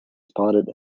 spotted